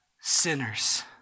sinners